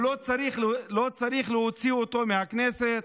לא צריך להוציא אותו מהכנסת?